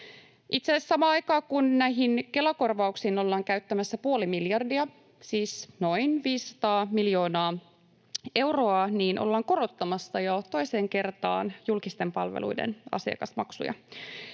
samaan aikaan, kun näihin Kela-korvauksiin ollaan käyttämässä puoli miljardia, siis noin 500 miljoonaa euroa, ollaan korottamassa jo toiseen kertaan julkisten palveluiden asiakasmaksuja